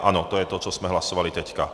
Ano, to je to, co jsme hlasovali teď.